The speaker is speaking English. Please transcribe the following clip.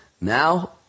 Now